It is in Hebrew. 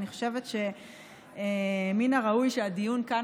אני חושבת שמן הראוי שהדיון כאן,